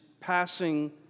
passing